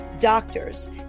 doctors